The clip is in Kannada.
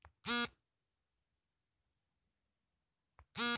ಕಮರ್ಷಿಯಲ್ ಬ್ಯಾಂಕ್ ಗಳನ್ನು ಆರ್.ಬಿ.ಐ ನಿಯಂತ್ರಿಸುತ್ತದೆ